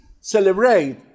celebrate